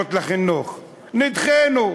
שקשורות לחינוך, נדחינו,